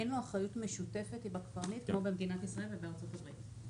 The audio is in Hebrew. אין לו אחריות משותפת עם הקברניט כמו במדינת ישראל ובארצות הברית,